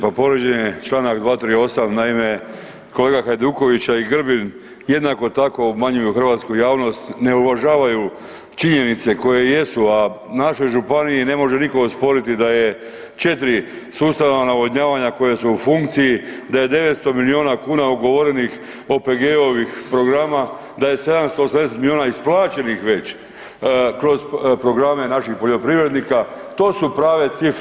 Pa povrijeđen je čl. 238., naime kolega Hajduković i Grbin jednako tako obmanjuju hrvatsku javnost ne uvažavaju činjenice koje jesu, a našoj županiji ne može niko osporiti da je četiri sustava navodnjavanja koja su u funkciji, da je 900 milijuna kuna ugovorenih OPG-ovih programa, da je 780 isplaćenih već kroz programe naših poljoprivrednika, to su prave cifre.